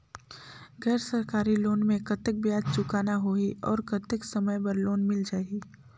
गैर सरकारी लोन मे कतेक ब्याज चुकाना होही और कतेक समय बर लोन मिल जाहि?